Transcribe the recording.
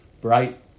bright